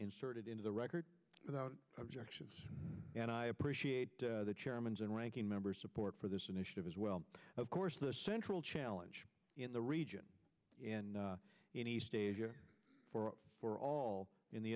inserted into the record without objection and i appreciate the chairman's and ranking member support for this initiative as well of course the central challenge in the region and in east asia for for all in the